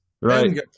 Right